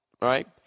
right